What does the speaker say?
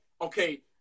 okay